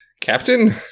Captain